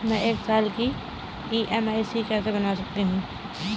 मैं एक साल की ई.एम.आई कैसे बना सकती हूँ?